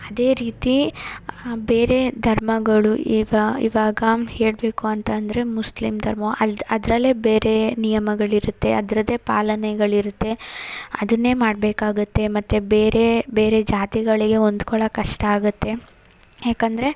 ಅದೇ ರೀತಿ ಬೇರೆ ಧರ್ಮಗಳು ಇವಾ ಇವಾಗ ಹೇಳಬೇಕು ಅಂತಂದರೆ ಮುಸ್ಲಿಮ್ ಧರ್ಮ ಅಲ್ದ್ ಅದರಲ್ಲೇ ಬೇರೇ ನಿಯಮಗಳಿರುತ್ತೆ ಅದರದೇ ಪಾಲನೆಗಳಿರುತ್ತೆ ಅದನ್ನೇ ಮಾಡಬೇಕಾಗತ್ತೆ ಮತ್ತು ಬೇರೆ ಬೇರೆ ಜಾತಿಗಳಿಗೆ ಹೊಂದ್ಕೊಳೋಕ್ ಕಷ್ಟ ಆಗುತ್ತೆ ಯಾಕಂದರೆ